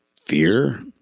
fear